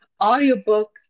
Audiobook